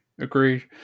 agreed